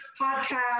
podcast